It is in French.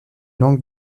langue